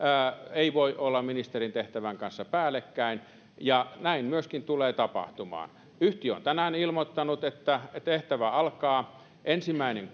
ei voi olla ministerin tehtävän kanssa päällekkäin ja näin myöskin tulee tapahtumaan yhtiö on tänään ilmoittanut että tehtävä alkaa ensimmäinen